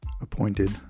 appointed